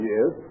Yes